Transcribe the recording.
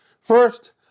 First